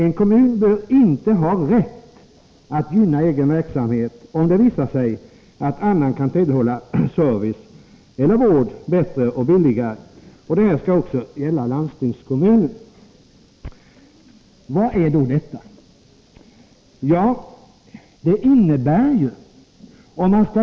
En kommun bör inte ha rätt att gynna egen verksamhet om det visar sig att annan kan tillhandahålla service eller vård bättre och billigare. ——— Detta bör även gälla landstingskommunerna.” Vad innebär då detta?